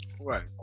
Right